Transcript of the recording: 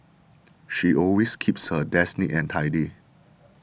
she always keeps her desk neat and tidy